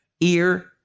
ear